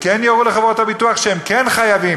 וכן יורו לחברות הביטוח שהן כן חייבות